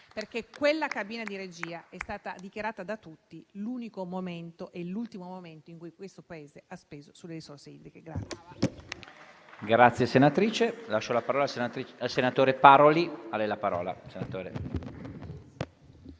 perché quella cabina di regia è stata dichiarata da tutti l'unico e l'ultimo momento in cui il Paese ha speso sulle risorse idriche.